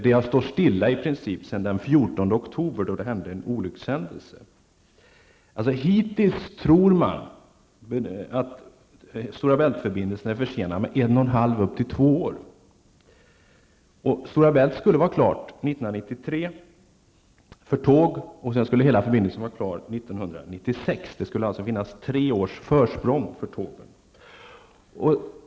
Det har i princip stått stilla efter den 14 oktober, då en olycka inträffade. Man tror att Stora Bält-förbindelsen hittills är försenad med 1,5--2 år. Stora Bältförbindelsen skulle vara klar 1993 för tåg. Hela förbindelsen skulle vara klar 1996. Tågen skulle alltså ha tre års försprång.